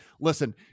Listen